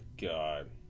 God